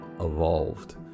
evolved